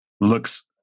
looks